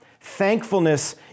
Thankfulness